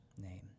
name